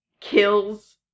kills